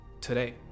today